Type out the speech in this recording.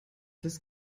das